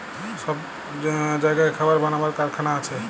সব জাগায় খাবার বানাবার কারখানা আছে